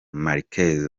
marquez